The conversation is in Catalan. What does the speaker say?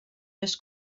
més